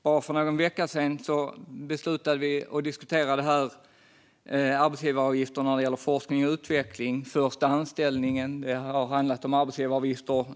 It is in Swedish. Bara för någon vecka sedan behandlade vi arbetsgivaravgifter när det gäller forskning och utveckling, första anställningen och ungdomar.